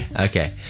Okay